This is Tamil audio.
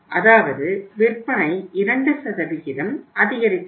அதாவது விற்பனை 2 அதிகரித்துள்ளது